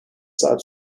saat